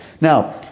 Now